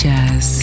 Jazz